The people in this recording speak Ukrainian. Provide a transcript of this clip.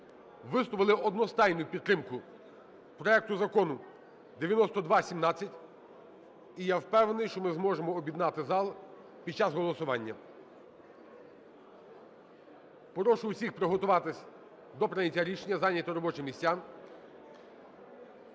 висловили одностайну підтримку проекту Закону 9217. І я впевнений, що ми зможемо об'єднати зал під час голосування. Прошу усіх приготуватись до прийняття рішення, зайняти робочі місця.